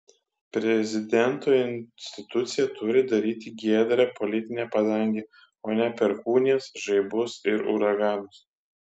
prezidento institucija turi daryti giedrą politinę padangę o ne perkūnijas žaibus ir uraganus